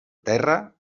terra